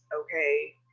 okay